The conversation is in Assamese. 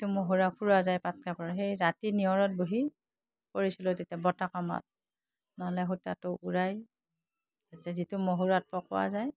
যিটো মহুৰা ফুৰা যায় পাট কাপোৰৰ সেই ৰাতি নিয়ৰত বহি কৰিছিলোঁ তেতিয়া বটা কামত নহ'লে সূতাটো উৰাই তাৰপিছত যিটো মহুৰাত পকোৱা যায়